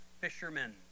fishermen